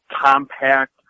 compact